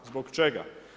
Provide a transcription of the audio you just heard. Zbog čega?